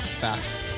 Facts